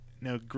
No